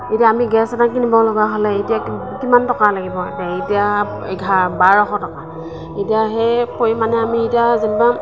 এতিয়া আমি গেছ এটা কিনিবলগা হ'লে এতিয়া কিমান টকা লাগিব এতিয়া এঘাৰ বাৰশ টকা এতিয়া সেই পৰিমাণে আমি এতিয়া যেনিবা